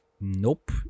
Nope